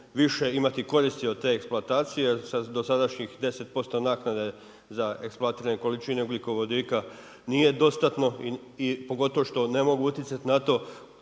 više imati koristi od te eksploatacije, jer do sadašnjih 10% naknade za eksploatirane količine ugljikovodika nije dostatno i pogotovo što ne mogu utjecati na to